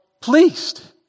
Pleased